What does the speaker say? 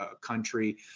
country